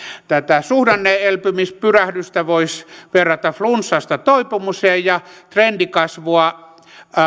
tätä suhdanne elpymispyrähdystä voisi verrata flunssasta toipumiseen ja trendikasvua